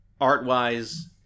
art-wise